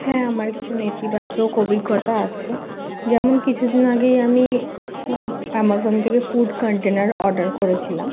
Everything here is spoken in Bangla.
হ্যাঁ আমার কিছু নেতিবাচক অভিজ্ঞতা আছে যেমন কিছু দিন আগেই আমি অ্যামাজন থেকে ফুড কান্টেনার অর্ডার করেছিলাম